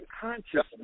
consciousness